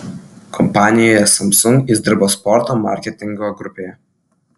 kompanijoje samsung jis dirbo sporto marketingo grupėje